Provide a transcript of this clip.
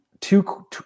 two